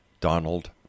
Donald